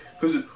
Cause